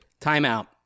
Timeout